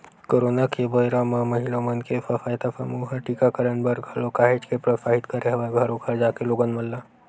corona के बेरा म महिला मन के स्व सहायता समूह ह टीकाकरन बर घलोक काहेच के प्रोत्साहित करे हवय घरो घर जाके लोगन मन ल